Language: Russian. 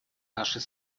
нашей